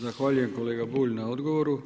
Zahvaljujem kolega Bulj na odgovoru.